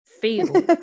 feel